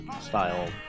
style